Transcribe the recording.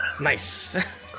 nice